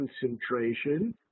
concentration